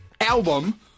album